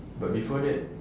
but before that